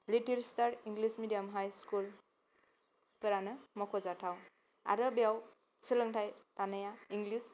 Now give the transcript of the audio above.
little star English medium high school फोरानो मख'जाथाव आरो दं सोलोंथाइ लानाया इंग्लिस